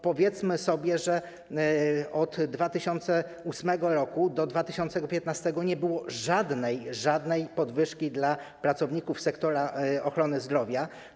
Powiedzmy sobie, że od 2008 r. do 2015 r. nie było żadnej, żadnej podwyżki dla pracowników sektora ochrony zdrowia.